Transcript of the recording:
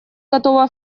готова